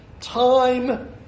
Time